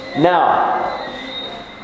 Now